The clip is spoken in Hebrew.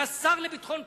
אתה שר לביטחון פנים,